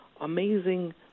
amazing